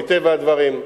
מטבע הדברים.